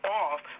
off